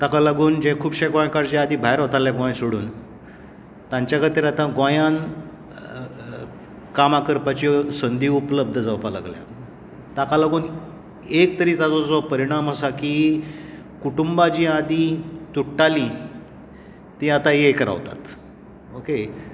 ताका लागून जें खुबशें गोंयकार जे भायर वताले गोंय सोडून ताच्या खातीर आतां गोंयांत कामां करपाची संदी उपलब्ध जावपाक लागल्या ताका लागून एक तरी ताजो जो परीणाम आसा की कुटूंबा जी आदी तुट्टाली आतां एक रावतात ओके